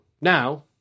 now